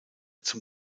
zum